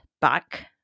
back